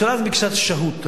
הממשלה הזאת ביקשה שהות.